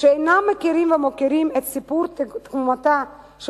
שאינם מכירים ומוקירים את סיפור תקומתה של